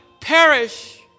perish